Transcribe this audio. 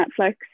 Netflix